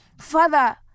father